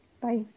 Bye